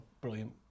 brilliant